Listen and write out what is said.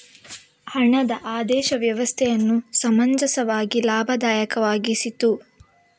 ಹಣದ ಆದೇಶ ವ್ಯವಸ್ಥೆಯನ್ನು ಸಮಂಜಸವಾಗಿ ಲಾಭದಾಯಕವಾಗಿಸಿತು